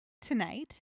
tonight